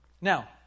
Now